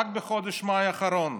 רק בחודש מאי האחרון.